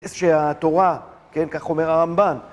איזה שהתורה, כן, כך אומר הרמב"ן.